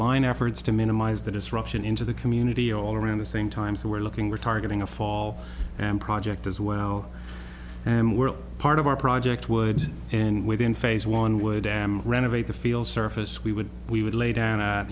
lign efforts to minimize the disruption into the community all around the same time so we're looking we're targeting a fall and project as well and we're part of our project would and within phase one would renovate the field surface we would we would lay down